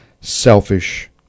selfish